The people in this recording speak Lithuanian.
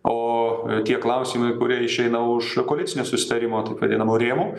o tie klausimai kurie išeina už koalicinio susitarimo taip vadinamų rėmų